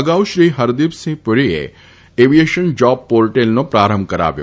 અગાઉ શ્રી ફરદપસિંહ પુરીએ એવીએશન જાબ પોર્ટેલનો પ્રારંભ કરાવ્યો